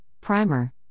primer